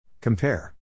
Compare